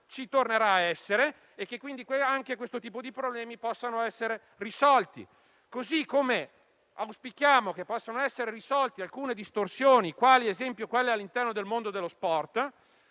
tornerà ad esserci e che quindi anche questo tipo di problemi potranno essere risolti. Auspichiamo altresì che possano essere risolte alcune distorsioni, quali ad esempio quelle all'interno del mondo dello sport.